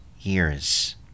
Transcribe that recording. years